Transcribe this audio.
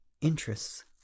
interests